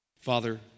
Father